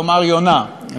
כלומר יונה,